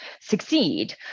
succeed